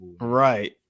Right